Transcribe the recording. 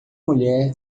mulher